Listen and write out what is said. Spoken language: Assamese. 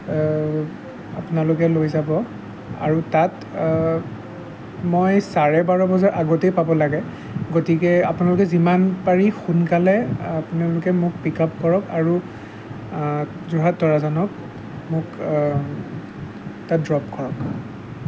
আপোনালোকে লৈ যাব আৰু তাত মই চাৰে বাৰ বজাৰ আগতেই পাব লাগে গতিকে আপোনালোকে যিমান পাৰি সোনকালে আপোনালোকে মোক পিক আপ কৰক আৰু যোৰহাট তৰাজানত মোক তাত ড্ৰপ কৰক